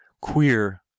queer